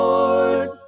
Lord